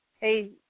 hey